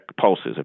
pulses